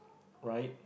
right